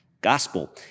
gospel